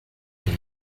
den